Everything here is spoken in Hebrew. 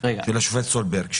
של השופט סולברג,